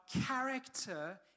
character